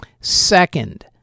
Second